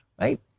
right